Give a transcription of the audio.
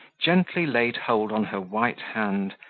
gently laid hold on her white hand,